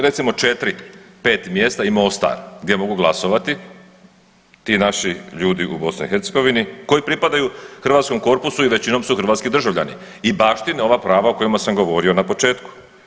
Recimo 4, 5 mjesta i Mostar gdje mogu glasovati ti naši ljudi u Bosni i Hercegovini koji pripadaju hrvatskom korpusu i većinom su hrvatski državljani i baštine ova prava o kojima sam govorio na početku.